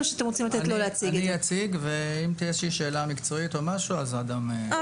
אני אציג, ואם תהיה שאלה מקצועית אז אדם יענה.